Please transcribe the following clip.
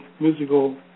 musical